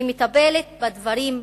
המשטרה מטפלת בדברים הקטנים.